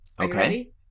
Okay